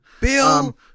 Bill